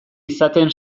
izaten